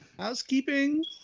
housekeeping